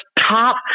top